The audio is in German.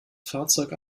fahrzeug